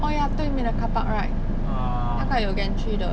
oh ya 对面的 car park right 那个有 gantry 的